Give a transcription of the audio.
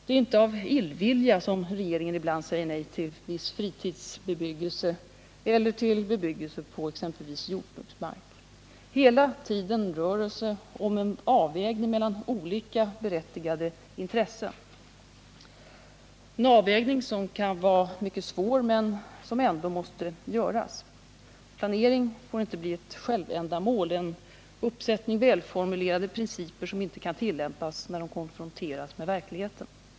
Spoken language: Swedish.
Det är inte av illvilja som regeringen ibland säger nej till viss fritidsbebyggelse eller till bebyggelse på exempelvis jordbruksmark. Hela tiden rör det sig om en avvägning mellan olika berättigade intressen, en avvägning som kan vara mycket svår men som ändå måste göras. Planering får inte bli ett självändamål, en uppsättning välformulerade principer som inte kan tillämpas när de konfronteras med verkligheten.